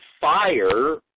fire